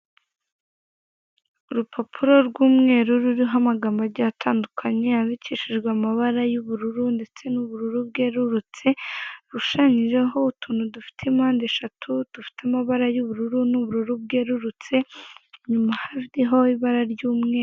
Urupapuro rw'umweru ruriho amagambo agiye atandukanye, yandikishijwe amabara y'ubururu ndetse n'ubururu bwerurutse, rushushanyijeho utuntu dufite mpande eshatu, dufite amabara y'ubururu, n'ubururu bwerurutse inyuma hariho ibara ry'umweru.